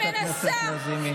חברת הכנסת לזימי.